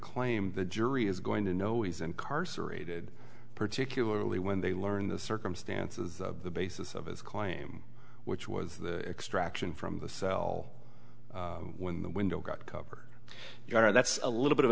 claim the jury is going to know he's incarcerated particularly when they learn the circumstances the basis of his claim which was the extraction from the cell when the window got to cover you know that's a little bit of a